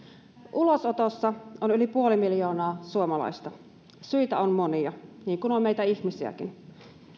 ulosotossa on yli puoli miljoonaa suomalaista syitä on monia niin kuin on meitä ihmisiäkin